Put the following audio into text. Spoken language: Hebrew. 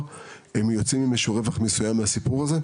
הם יוצאים עם איזה שהוא רווח מסוים מהסיפור הזה.